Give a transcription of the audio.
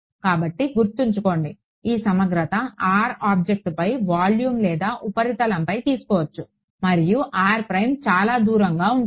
కాబట్టి గుర్తుంచుకోండి ఈ సమగ్రత r ఆబ్జెక్ట్పై వాల్యూమ్ లేదా ఉపరితలంపై తీసుకోవచ్చు మరియు చాలా దూరంగా ఉంటుంది